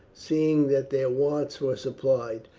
seeing that their wants were supplied,